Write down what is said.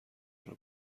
آنرا